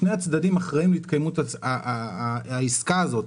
שני הצדדים אחראיים להתקיימות העסקה הזאת,